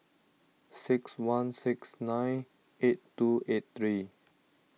six one six nine eight two eight three